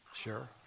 Sure